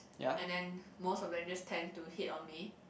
and then most of them just tend to hit on me